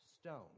stone